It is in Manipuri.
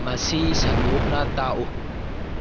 ꯃꯁꯤ ꯁꯟꯗꯣꯛꯅ ꯊꯥꯛꯎ